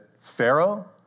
Pharaoh